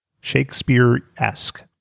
Shakespeare-esque